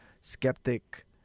skeptic